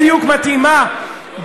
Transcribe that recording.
בדיוק מתאימה.